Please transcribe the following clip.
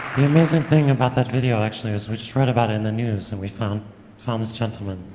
the amazing thing about that video, actually, was we just read about it in the news, and we found found this gentlemen,